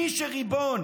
מי שריבון